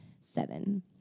seven